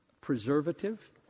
preservative